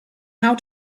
how